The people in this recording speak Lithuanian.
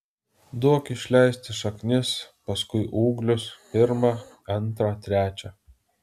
duok išleisti šaknis paskui ūglius pirmą antrą trečią